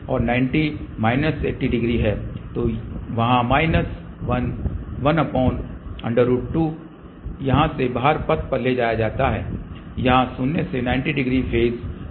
तो वहाँ माइनस 1 1 वर्गमूल 2 यहाँ से बाहर पथ पर ले जाया गया है यहाँ शून्य से 90 डिग्री फेज डिले है